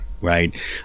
right